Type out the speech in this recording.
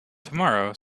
tomorrow